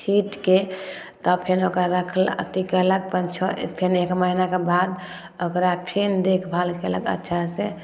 छीटिके तऽ फेन ओकरा रखलक अथी कएलक पाँच छओ फेन एक महिनाके बाद ओकरा फेन देखभाल कएलक अच्छासे